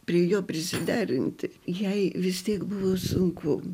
prie jo prisiderinti jai vis tiek buvo sunku